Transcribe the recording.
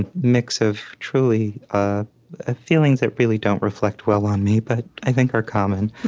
and mix of truly ah ah feelings that really don't reflect well on me, but i think are common.